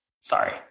Sorry